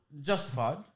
justified